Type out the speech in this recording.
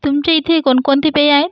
तुमच्या इथे कोणकोणती पेय आहे